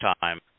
time